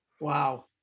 Wow